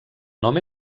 nom